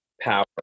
power